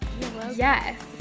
Yes